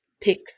pick